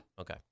Okay